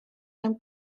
mewn